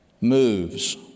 moves